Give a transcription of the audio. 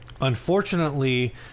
unfortunately